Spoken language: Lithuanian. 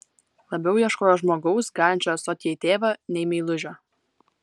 labiau ieškojo žmogaus galinčio atstoti jai tėvą nei meilužio